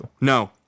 No